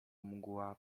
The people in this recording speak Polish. mgła